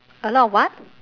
a lot of what